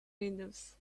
windows